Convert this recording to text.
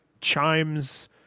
chimes